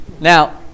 Now